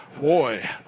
Boy